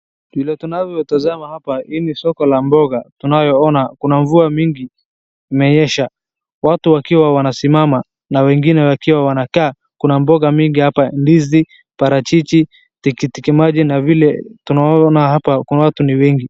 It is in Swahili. Vile tunavyotazama hapa hii ni soko la mboga tunayoona. Kuna mvua mingi imenyesha. Watu wakiwa wanasimama na wengine wakiwa wanakaa. Kuna mboga mingi hapa ndizi, parachichi, tikiti maji na vile tunaona hapa watu ni wengi.